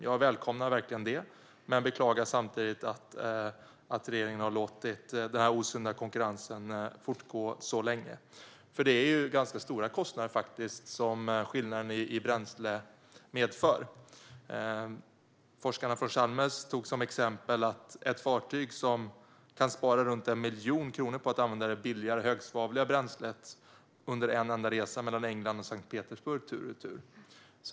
Jag välkomnar verkligen detta, men jag beklagar samtidigt att regeringen har låtit den här osunda konkurrensen fortgå så länge. Det är ju ganska stora kostnadsskillnader som olika bränslen medför. Forskarna från Chalmers tog som exempel att ett fartyg kan spara runt 1 miljon kronor på att använda det högsvavliga bränslet under en enda resa mellan England och Sankt Petersburg tur och retur.